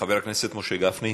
חבר הכנסת משה גפני,